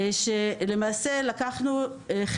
שיושבת כאן לצידי.